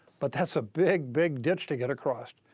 but that's a big, big ditch to get across.